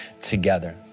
together